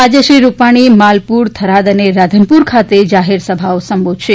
આજે શ્રી રૂપાણી માલપુર થરાદ અને રાધનપુર ખાતે જાહેરસભા સંબોધશે